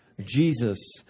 Jesus